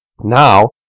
Now